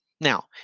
Now